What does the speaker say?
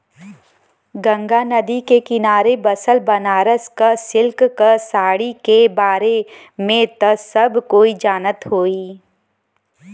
गंगा नदी के किनारे बसल बनारस क सिल्क क साड़ी के बारे में त सब कोई जानत होई